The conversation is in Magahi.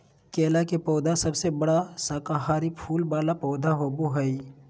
केला के पौधा सबसे बड़ा शाकाहारी फूल वाला पौधा होबा हइ